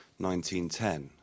1910